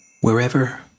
Wherever